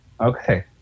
Okay